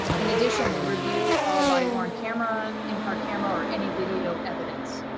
in addition, they review all body worn camera, in car camera or any video evidence.